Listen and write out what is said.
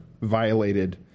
violated